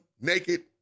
naked